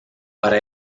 para